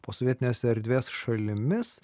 posovietinės erdvės šalimis